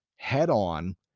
head-on